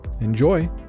Enjoy